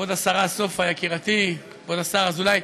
כבוד השרה סופה יקירתי, כבוד השר אזולאי,